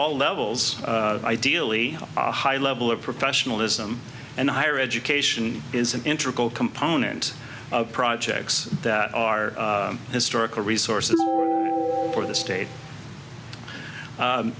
all levels ideally a high level of professionalism and higher education is an intricate component of projects that are historical resources for the state